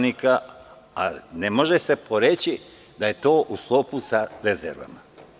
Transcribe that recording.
Ne može se poreći da je to u sklopu sa rezervama.